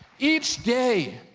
each day,